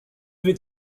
vais